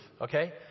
Okay